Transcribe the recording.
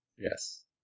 Yes